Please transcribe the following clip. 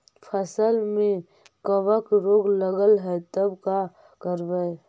फसल में कबक रोग लगल है तब का करबै